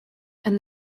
and